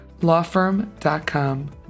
lawfirm.com